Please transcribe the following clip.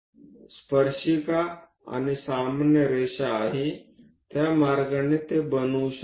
तर स्पर्शिका आणि सामान्य रेषा आहे त्या मार्गाने ते बनवू शकतो